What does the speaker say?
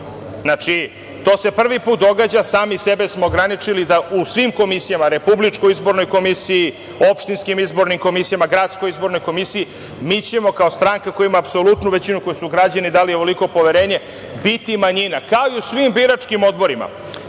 manjinu. To se prvi put događa. Znači, sami sebe smo ograničili da u svim komisijama, RIK, opštinskim izbornim komisijama, gradskoj izbornoj komisiji, mi ćemo kao stranka koja ima apsolutnu većinu, kojoj su građani dali ovoliko poverenje, biti manjina, kao i u svim biračkim odborima.